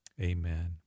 Amen